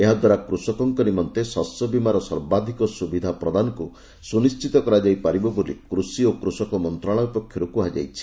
ଏହାଦ୍ୱାରା କୃଷକମାନଙ୍କ ନିମନ୍ତେ ଶସ୍ୟବୀମାର ସର୍ବାଧିକ ସୁବିଧା ପ୍ରଦାନକୁ ସୁନିଶ୍ଚିତ କରାଯାଇ ପାରିବ ବୋଲି କୃଷି ଓ କୃଷକ ମନ୍ତ୍ରଣାଳୟ ପକ୍ଷରୁ କୁହାଯାଇଛି